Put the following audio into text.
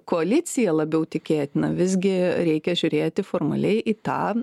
koalicija labiau tikėtina visgi reikia žiūrėti formaliai į tą